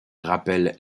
rappelle